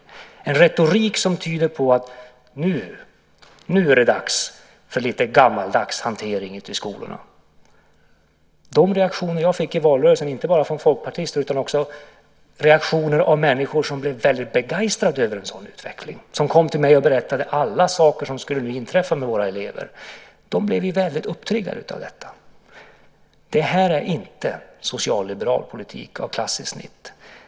Det är en retorik som tyder på att det nu är dags för lite gammaldags hantering ute i skolorna. Jag fick reaktioner i valrörelsen inte bara från folkpartister utan också från människor som blev väldigt begeistrade över en sådan utveckling och som kom till mig och berättade om alla saker som skulle inträffa med våra elever. De blev väldigt upptriggade av detta. Det här är inte socialliberal politik av klassiskt snitt.